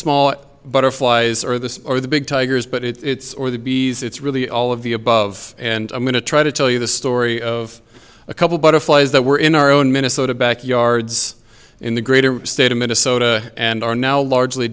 small butterflies or the or the big tigers but it's or the bees it's really all of the above and i'm going to try to tell you the story of a couple butterflies that were in our own minnesota backyards in the greater state of minnesota and are now largely